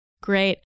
Great